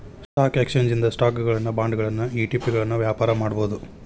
stock exchange ಇಂದ ಸ್ಟಾಕುಗಳನ್ನ ಬಾಂಡ್ಗಳನ್ನ ಇ.ಟಿ.ಪಿಗಳನ್ನ ವ್ಯಾಪಾರ ಮಾಡಬೋದು